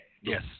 Yes